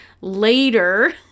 later